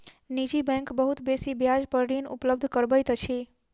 निजी बैंक बहुत बेसी ब्याज पर ऋण उपलब्ध करबैत अछि